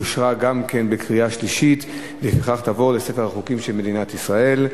אושרה גם בקריאה שלישית ולפיכך תעבור לספר החוקים של מדינת ישראל.